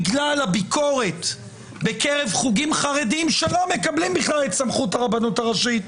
בגלל הביקורת בקרב חוקים חרדים שלא מקבלים בכלל את סמכות הרבנות הראשית,